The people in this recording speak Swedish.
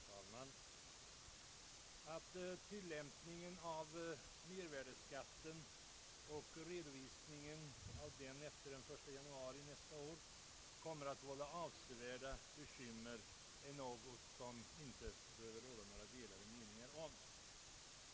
Herr talman! Att tillämpningen av mervärdeskatten och redovisningen av den efter den 1 januari nästa år kommer att vålla avsevärda bekymmer är något som det inte behöver råda några delade meningar om.